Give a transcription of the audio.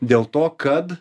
dėl to kad